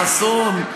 חסינים, אדוני.